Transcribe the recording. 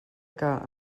que